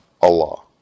Allah